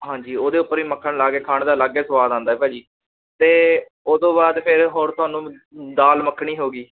ਹਾਂਜੀ ਉਹਦੇ ਉੱਪਰ ਵੀ ਮੱਖਣ ਲਾ ਕੇ ਖਾਣ ਦਾ ਅਲੱਗ ਏ ਸਵਾਦ ਆਉਂਦਾ ਭਾਅ ਜੀ ਅਤੇ ਉਹ ਤੋਂ ਬਾਅਦ ਫਿਰ ਹੋਰ ਤੁਹਾਨੂੰ ਦਾਲ ਮੱਖਣੀ ਹੋ ਗਈ